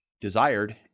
desired